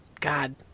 God